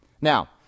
Now